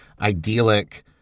idyllic